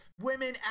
Women